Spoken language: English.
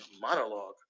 monologue